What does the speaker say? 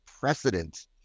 precedent